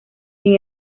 sin